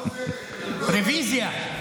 אחמד, אני רוצה הצבעה חוזרת.